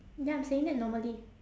ya I'm saying that normally